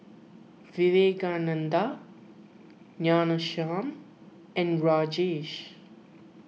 Vivekananda Ghanshyam and Rajesh